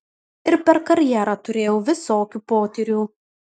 ir per karjerą turėjau visokių potyrių